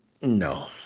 No